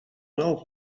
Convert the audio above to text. know